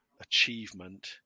achievement